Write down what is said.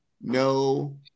no